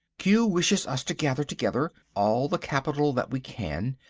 q wishes us to gather together all the capital that we can,